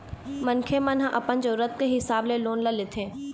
मनखे मन ह अपन जरुरत के हिसाब ले लोन ल लेथे